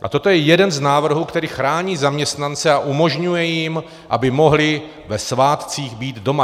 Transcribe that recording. A toto je jeden z návrhů, který chrání zaměstnance a umožňuje jim, aby mohli ve svátcích být doma.